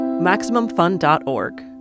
MaximumFun.org